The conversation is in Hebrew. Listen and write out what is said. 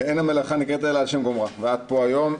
אין המלאכה נגלית אלא על שם גומרה, ואת פה היום.